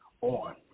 on